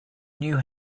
knew